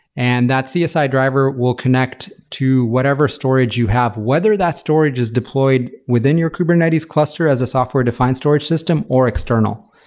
and that csi driver will connect to whatever storage you have, whether that storage is deployed within your kubernetes cluster as a software defined storage system or external.